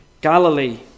Galilee